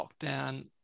lockdown